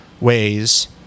ways